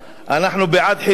אנחנו בעד חילופים,